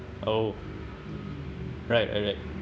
oh right right right